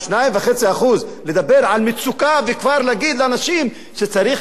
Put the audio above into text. לדבר על מצוקה וכבר להגיד לאנשים שצריך להתכונן לגזירות כלכליות,